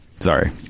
Sorry